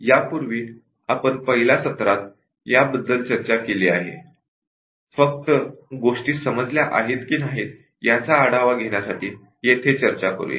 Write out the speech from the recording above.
यापूर्वी आपण पहिल्या व्याख्यानात याबद्दल चर्चा केली आहे फक्त गोष्टी समजल्या आहेत की नाही याचा आढावा घेण्यासाठी येथे चर्चा करूया